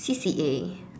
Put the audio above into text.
C_C_A